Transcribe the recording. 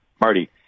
Marty